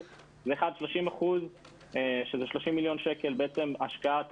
הוא 30 אחוזים שהם 30 מיליון שקלים השקעה ציבורית,